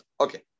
Okay